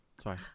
Sorry